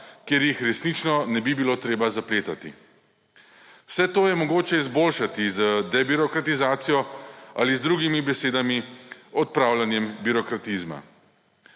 kjer jih resnično ne bi bilo treba zapletati. Vse to je mogoče izboljšati z debirokratizacijo ali z drugimi besedami odpravljanjem birokratizma.